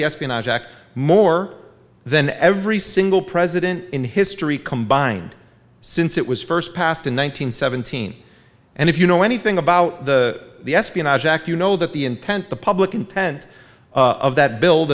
the espionage act more than every single president in history combined since it was first passed in one nine hundred seventeen and if you know anything about the espionage act you know that the intent the public intent of that bil